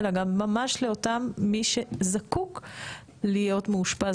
אלא ממש לאותם מי שזקוק להיות מאושפז